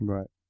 Right